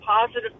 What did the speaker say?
positive